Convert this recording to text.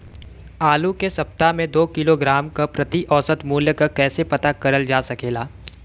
आलू के सप्ताह में दो किलोग्राम क प्रति औसत मूल्य क कैसे पता करल जा सकेला?